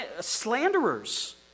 slanderers